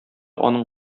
аның